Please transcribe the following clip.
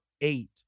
eight